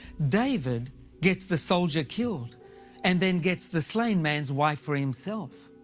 david gets the soldier killed and then gets the slain man's wife for himself.